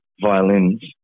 violins